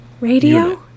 Radio